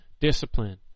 discipline